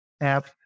app